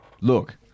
look